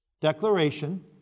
Declaration